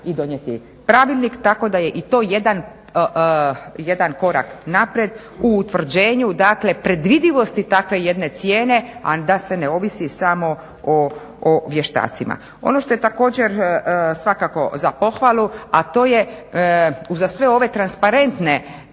i donijeti pravilnik. Tako da je i to jedan korak naprijed u utvrđenju dakle predvidivosti takve jedne cijene, a da se ne ovisi samo o vještacima. Ono što je također svakako za pohvalu, a to je uza sve ove transparentne